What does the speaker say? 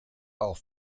auch